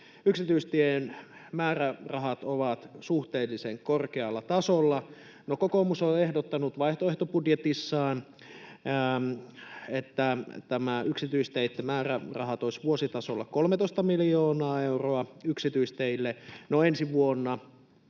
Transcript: yksityistiemäärärahat ovat suhteellisen korkealla tasolla. Kokoomus on ehdottanut vaihtoehtobudjetissaan, että tämä yksityisteitten määrärahat olisivat vuositasolla 13 miljoonaa euroa. No ensi vuonna